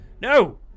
No